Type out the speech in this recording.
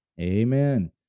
Amen